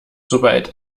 sobald